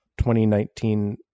2019